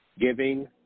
giving